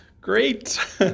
great